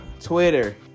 Twitter